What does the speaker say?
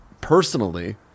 Personally